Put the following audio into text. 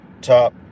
top